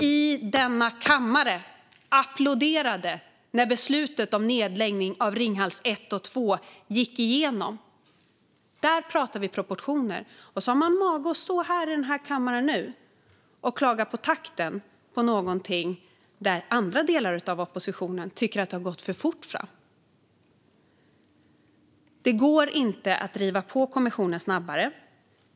I denna kammare applåderade man när beslutet om nedläggning av Ringhals 1 och 2 gick igenom. Där pratar vi proportioner. Och så har man mage att stå här i kammaren och klaga på takten när andra delar av oppositionen tycker att det har gått för fort fram. Det går inte att driva på kommissionen snabbare.